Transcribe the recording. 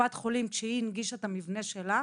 קופת חולים כשהיא הנגישה את המבנה שלה,